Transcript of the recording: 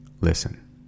Listen